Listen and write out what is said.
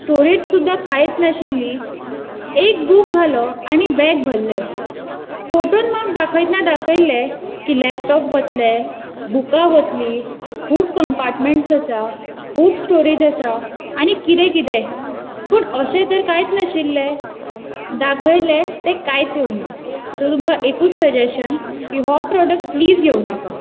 storage सुद्दां कांयच नाशिल्ली एक बूक घालो आनी बॅग भरल्लें फोटोन मात दाखयतना दाखयल्लें की लॅपटॉप वतले बुकां वतलीं खूब कम्पाटमँट्स आसा खूप स्टोरेज आसा आनी कितें कितें पूण अशें तर कांयत नाशिल्लें दाखयलें तें कांयच येवंक ना सो तुमकां एकूच सजॅशन की हो प्रॉडक्ट प्लीज घेवं नाकात